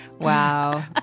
Wow